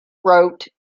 wrote